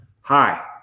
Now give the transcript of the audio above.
hi